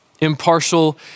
impartial